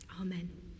Amen